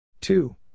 Two